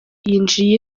yinjiye